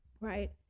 right